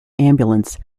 ambulance